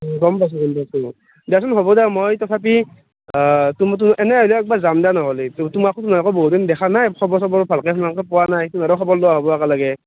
গম পাইছোঁ গম পাইছোঁ দেছোন হ'ব দে মই তথাপি তোমাৰতো এনেও হ'লি একবাৰ যাম দে নহ্লি তো তোমাকো বহু দিন দেখা নাই খৰ চবৰ ভালকৈ সেন্কৈ পোৱা নাই তোমাৰো খবৰ লোৱা হ'ব একেলগে